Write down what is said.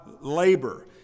labor